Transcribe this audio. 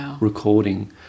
recording